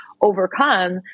overcome